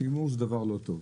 הימור זה דבר לא טוב.